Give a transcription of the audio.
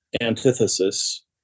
antithesis